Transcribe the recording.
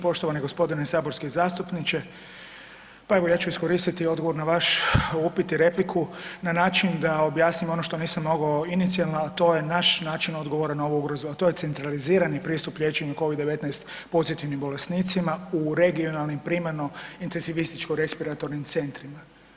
Poštovani gospodine saborski zastupniče, pa evo ja ću iskoristiti odgovor na vaš upit i repliku na način da objasnimo ono što nisam mogao inicijalno, a to je naš način odgovora na ovu ugrozu a to je centralizirani pristup liječenju covid-19 pozitivnim bolesnicima u regionalnim primarno intenzivističko-respiratornim centrima.